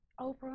Oprah